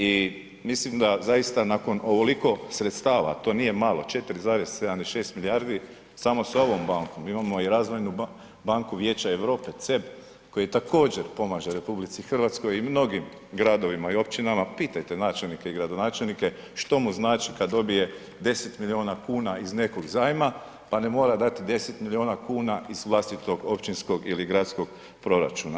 I mislim da zaista nakon ovoliko sredstava, to nije malo 4,76 milijardi samo s ovom bankom imamo i razvoju banku Vijeća Europe CEB koji također pomaže RH i mnogim gradovima i općinama, pitajte načelnike i gradonačelnike što mu znači kad dobije 10 miliona kuna iz nekog zajma pa ne mora dati 10 miliona kuna iz vlastitog općinskog ili gradskog proračuna.